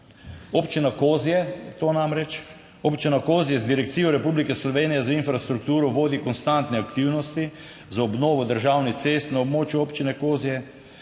Občina Kozje z Direkcijo Republike Slovenije za infrastrukturo vodi konstantne aktivnosti za obnovo državnih cest na območju občine Kozje.